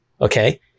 Okay